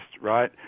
Right